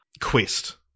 quest